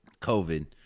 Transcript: COVID